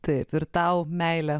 taip ir tau meilę